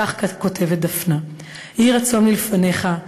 וכך כותבת דפנה: "יהי רצון מלפניך,